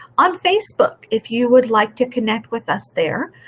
on facebook, if you would like to connect with us there,